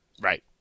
Right